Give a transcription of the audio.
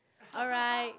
alright